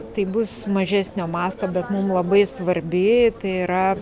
tai bus mažesnio masto bet mums labai svarbi tai yra